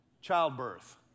Childbirth